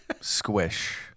squish